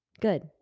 Good